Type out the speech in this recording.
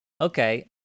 Okay